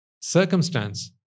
circumstance